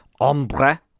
ombre